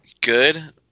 good